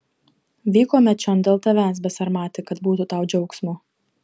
vykome čion dėl tavęs besarmati kad būtų tau džiaugsmo